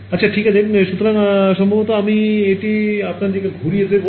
আচ্ছা ঠিক আছে সুতরাং সম্ভবত আমি এটি আপনার দিকে ঘুরিয়ে দেব